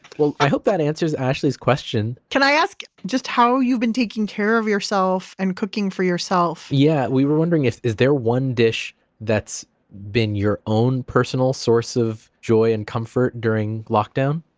well, i hope that answers ashley's question can i ask just how you've been taking care of yourself and cooking for yourself? yeah, we were wondering if, is there one dish that's been your own personal source of joy and comfort during lockdown?